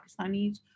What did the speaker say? Pakistanis